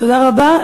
תודה רבה.